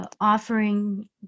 Offering